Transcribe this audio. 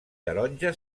taronja